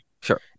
Sure